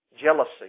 jealousy